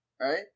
Right